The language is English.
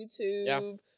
YouTube